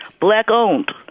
black-owned